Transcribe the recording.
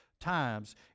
times